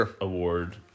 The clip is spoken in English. award